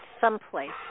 someplace